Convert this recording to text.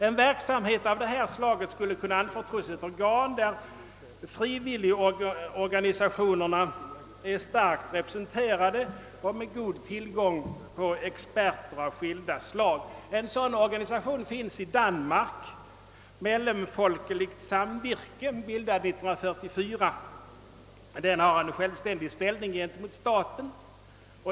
En verksamhet av detta slag skulle kunna anförtros ett organ, där frivilligorganisationerna är starkt representerade och med god tillgång till experter av skilda slag. En sådan organisation finns i Danmark, Mellemfolkeligt Samvirke, bildad 41944. Den har en självständig ställning gentemot staten.